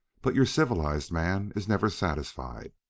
but your civilized man is never satisfied.